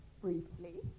briefly